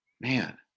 man